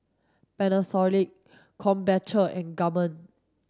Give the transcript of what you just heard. Panasonic Krombacher and Gourmet